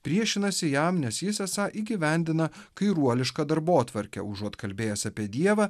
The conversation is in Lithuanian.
priešinasi jam nes jis esą įgyvendina kairuolišką darbotvarkę užuot kalbėjęs apie dievą